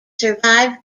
survived